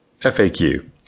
FAQ